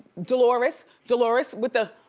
dolores, dolores with the.